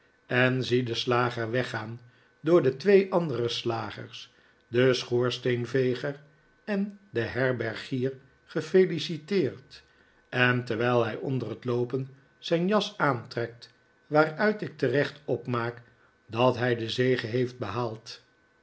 en zie den slager weggaan door de twee andere slagers den schoorsteenveger en den herbergier gefeliciteerd en terwijl hij onder het loopen zijn jas aantrekt waaruit ik terecht opmaak dat hij de zege heeft behaald